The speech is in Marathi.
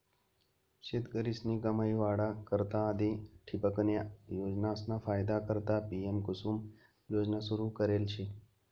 शेतकरीस्नी कमाई वाढा करता आधी ठिबकन्या योजनासना फायदा करता पी.एम.कुसुम योजना सुरू करेल शे